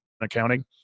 accounting